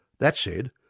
that said,